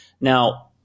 Now